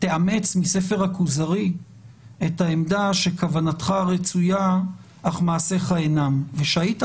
תאמץ מספר הכוזרי את העמדה שכוונתך רצויה אך מעשיך אינם ושהיית